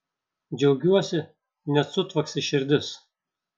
džiaugiuosi net sutvaksi širdis